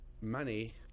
money